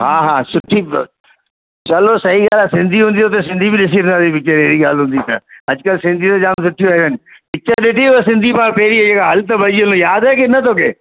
हा हा सुठी चलो सही आहे न सिंधी हूंदी हुते सिंधी बि ॾिसी ईंदासीं पिचर एरी ॻाल्हि हूंदी त अॼुकल्ह सिंधीयूं जाम सुठियूं आयूं आहिनि पिचर ॾिठी उहो सिंधी मां पहिरियों इहो हल त भॼी हलूं यादि आहे की न तोखे